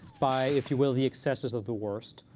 by, if you will, the excesses of the worst.